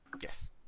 Yes